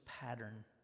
pattern